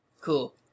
Cool